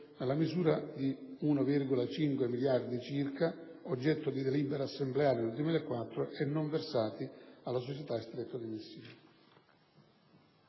sullo Stretto (1,5 miliardi circa, oggetto di delibera assembleare nel 2004 e non versati alla Società Stretto di Messina).